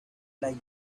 like